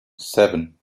seven